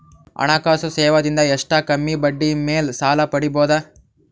ಹಣಕಾಸು ಸೇವಾ ದಿಂದ ಎಷ್ಟ ಕಮ್ಮಿಬಡ್ಡಿ ಮೇಲ್ ಸಾಲ ಪಡಿಬೋದ?